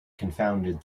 confounded